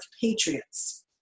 patriots